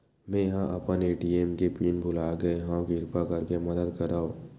मेंहा अपन ए.टी.एम के पिन भुला गए हव, किरपा करके मदद करव